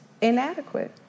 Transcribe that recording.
inadequate